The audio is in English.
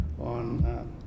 on